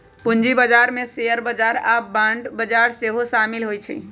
पूजी बजार में शेयर बजार आऽ बांड बजार सेहो सामिल होइ छै